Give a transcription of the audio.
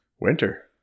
winter